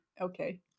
Okay